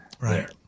right